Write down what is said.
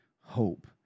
hope